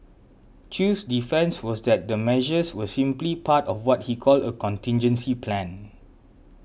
Chew's defence was that the measures were simply part of what he called a contingency plan